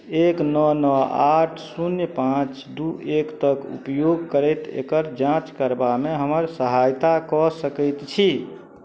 एक नओ नओ आठ शून्य पाँच दुइ एक तक उपयोग करैत एकर जाँच करबामे हमर सहायता कऽ सकै छी